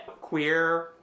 queer